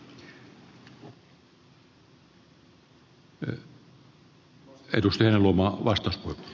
arvoisa puhemies